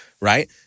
right